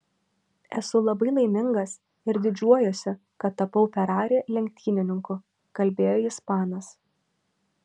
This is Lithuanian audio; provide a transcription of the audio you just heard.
esu labai laimingas ir didžiuojuosi kad tapau ferrari lenktynininku kalbėjo ispanas